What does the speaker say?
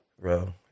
Bro